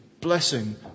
blessing